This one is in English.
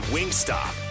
Wingstop